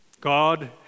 God